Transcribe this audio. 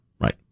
Right